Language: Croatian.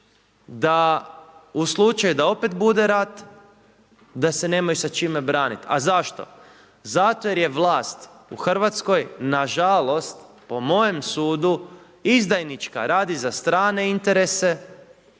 da u slučaju da opet bude rat da se nemaju sa čime braniti. Za zašto? Zato jer je vlast u Hrvatskoj na žalost po mojem sudu izdajnička. Radi za strane interese